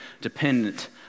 dependent